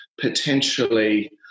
potentially